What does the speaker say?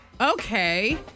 Okay